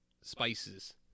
spices